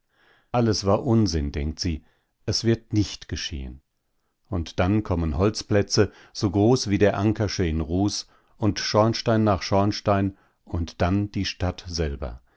alles war unsinn denkt sie es wird nicht geschehen und dann kommen holzplätze so groß wie der anckersche in ruß und schornstein nach schornstein und dann die stadt selber